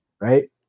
Right